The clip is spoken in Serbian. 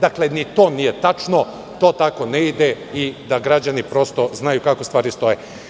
Dakle, ni to nije tačno, to tako ne ide, da građani prosto znaju kako stvari stoje.